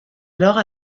alors